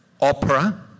opera